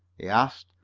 he asked.